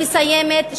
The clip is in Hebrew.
אני מסיימת,